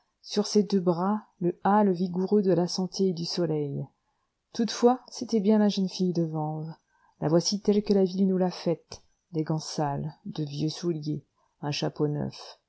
sur ses deux bras le hâle vigoureux de la santé et du soleil toutefois c'était bien la jeune fille de vanves la voici telle que la ville nous l'a faite des gants sales de vieux souliers un chapeau neuf